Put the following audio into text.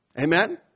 Amen